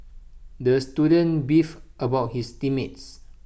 the student beefed about his team mates